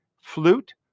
flute